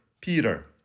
Peter